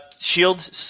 shield